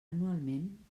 anualment